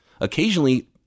Occasionally